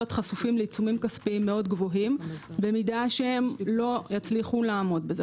חשופים לעיצומים כספיים מאוד גבוהים במידה שהם לא יצליחו לעמוד בזה.